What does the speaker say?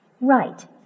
Right